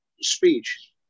Speech